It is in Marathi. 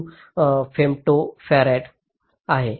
2 फेमेटो फॅरड आहे